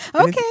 Okay